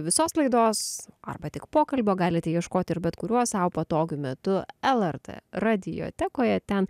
visos laidos arba tik pokalbio galite ieškoti ir bet kuriuo sau patogiu metu lrt radiotekoje ten